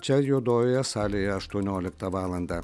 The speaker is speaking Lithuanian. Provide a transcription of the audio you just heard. čia juodojoje salėje aštuonioliktą valandą